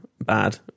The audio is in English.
bad